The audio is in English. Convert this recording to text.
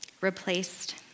Replaced